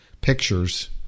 pictures